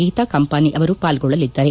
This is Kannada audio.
ಗೀತಾ ಕಂಪಾನಿ ಅವರು ಪಾಲ್ಗೊಳ್ಳಲಿದ್ದಾರೆ